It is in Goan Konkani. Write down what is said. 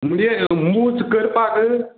म्हणजे मूज करपाक